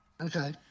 Okay